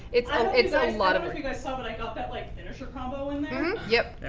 it's it's a lot of guys saw, but i got that like, finisher combo in there. yep.